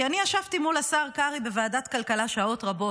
כי אני ישבתי מול השר קרעי בוועדת הכלכלה שעות רבות,